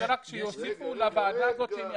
רוצה שאם יקימו את הוועדה הזאת,